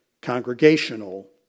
congregational